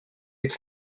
its